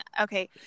Okay